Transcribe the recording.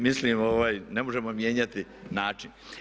Mislim ne možemo mijenjati način.